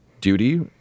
duty